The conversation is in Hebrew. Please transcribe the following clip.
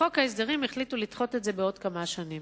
בחוק ההסדרים החליטו לדחות את זה בעוד כמה שנים.